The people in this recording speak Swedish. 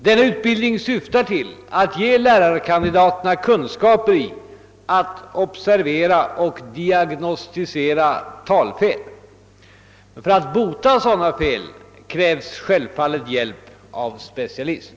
Denna utbildning syftar till att ge lärarkandidaterna kunskaper i att observera och diagnostisera talfel. För att bota sådana fel krävs självfallet hjälp av specialist.